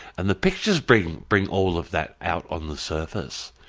and the pictures bring bring all of that out on the surface.